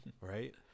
right